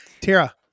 Tara